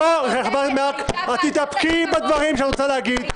מארק, תתאפקי בדברים שאת רוצה להגיד.